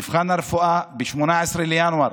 מבחן הרפואה ב-18 בינואר.